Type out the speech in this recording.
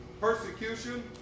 persecution